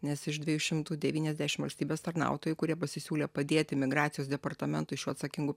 nes iš dviejų šimtų devyniasdešim valstybės tarnautojų kurie pasisiūlė padėti migracijos departamentui šiuo atsakingu